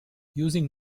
using